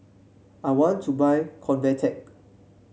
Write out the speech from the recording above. I want to buy Convatec